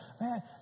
Man